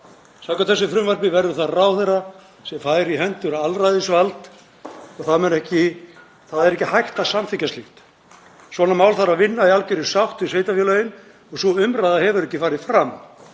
Samkvæmt þessu frumvarpi verður það ráðherra sem fær í hendur alræðisvald og það er ekki hægt að samþykkja slíkt. Svona mál þarf að vinna í algjörri sátt við sveitarfélögin og sú umræða hefur ekki farið fram.